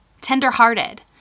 tenderhearted